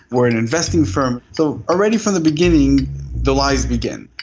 we're an investing firm. so already from the beginning the lies begin.